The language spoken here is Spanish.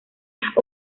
las